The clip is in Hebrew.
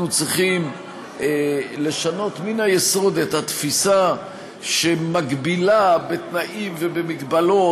צריכים לשנות מן היסוד את התפיסה שמגבילה בתנאים ובמגבלות,